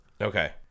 Okay